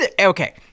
Okay